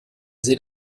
seht